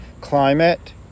climate